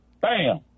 Bam